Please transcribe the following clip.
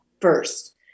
first